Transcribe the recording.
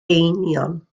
eingion